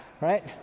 Right